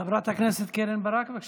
חברת הכנסת קרן ברק, בבקשה.